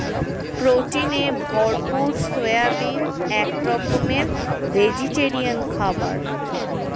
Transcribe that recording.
প্রোটিনে ভরপুর সয়াবিন এক রকমের ভেজিটেরিয়ান খাবার